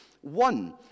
One